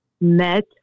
met